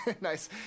Nice